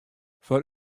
foar